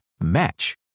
match